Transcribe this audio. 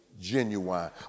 genuine